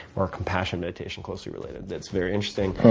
or compassion meditation, closely related, that's very interesting.